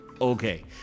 Okay